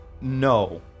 No